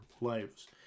lives